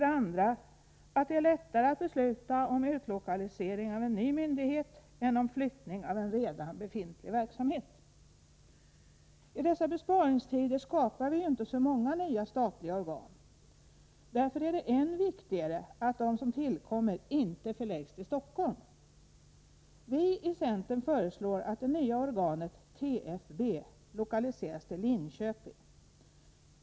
Det är lättare att besluta om utlokalisering av en ny myndighet än om flyttning av redan befintlig verksamhet. I dessa besparingstider skapar vi inte så många nya statliga organ. Därför är det än viktigare att de som tillkommer inte förläggs till Stockholm. Vi i centern föreslår att det nya organet, TFB, lokaliseras till Linköping.